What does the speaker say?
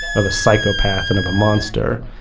of a psychopath and of a monster.